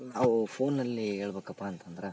ನಾವು ಫೋನಲ್ಲಿ ಹೇಳಬೇಕಪ್ಪ ಅಂತಂದ್ರೆ